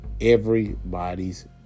everybody's